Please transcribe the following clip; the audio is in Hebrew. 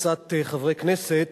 קבוצת חברי כנסת